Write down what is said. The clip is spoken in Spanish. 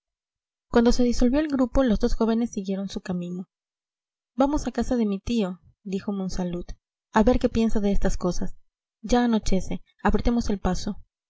cuando se disolvió el grupo los dos jóvenes siguieron su camino vamos a casa de mi tío dijo monsalud a ver qué piensa de estas cosas ya anochece apretemos el paso